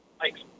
Thanks